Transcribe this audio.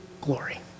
glory